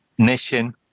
nation